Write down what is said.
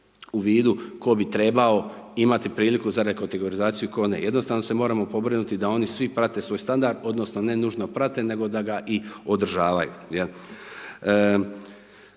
u vidu tko bi trebao imati priliku za rekategorizaciju tko ne. Jednostavno se moramo pobrinuti da oni svi prate svoj standard, odnosno ne nužno prate nego da ga i održavaju.